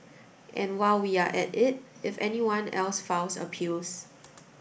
and while we're at it if anyone else files appeals